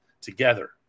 together